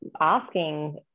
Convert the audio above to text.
asking